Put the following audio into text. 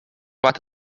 what